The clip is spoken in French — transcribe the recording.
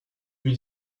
lui